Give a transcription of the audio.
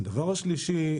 הדבר השלישי,